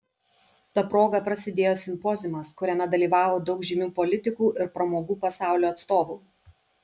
ta proga prasidėjo simpoziumas kuriame dalyvavo daug žymių politikų ir pramogų pasaulio atstovų